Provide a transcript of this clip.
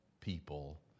people